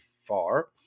far